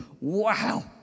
Wow